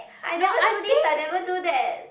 I never do this I never do that